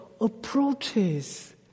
approaches